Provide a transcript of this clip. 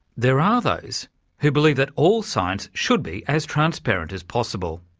there are those who believe that all science should be as transparent as possible,